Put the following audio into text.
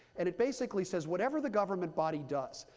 and it basically says whatever the government body does,